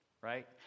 right